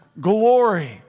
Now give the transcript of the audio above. glory